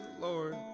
Lord